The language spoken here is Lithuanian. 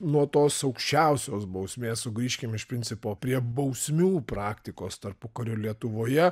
nuo tos aukščiausios bausmės sugrįžkim iš principo prie bausmių praktikos tarpukario lietuvoje